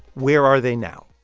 where are they now?